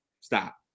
Stop